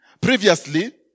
Previously